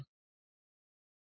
సరే